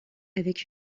avec